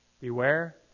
Beware